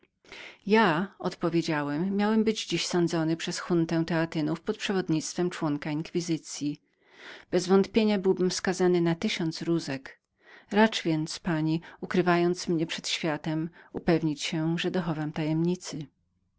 ja odpowiedziałem miałem być dziś sądzonym przez juntę teatynów pod przewodnictwem jednego członka inkwizycyi bezwątpienia byłbym skazany na tysiąc rózg racz więc pani ukrywając mnie przed światem zapewnić się że dochowam tajemnicy